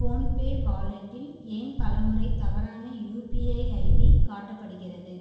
PhonePe வாலெட்டில் ஏன் பலமுறை தவறான யுபிஐ ஐடி காட்டப்படுகிறது